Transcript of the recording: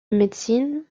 médecine